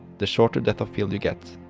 the shorter depth of field you get.